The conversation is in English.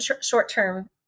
short-term